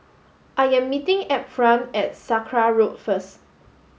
I am meeting Ephram at Sakra Road first